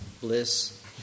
bliss